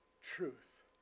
truth